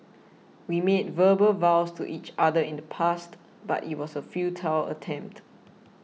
we made verbal vows to each other in the past but it was a futile attempt